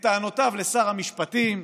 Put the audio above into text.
את טענותיו לשר המשפטים,